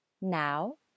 Now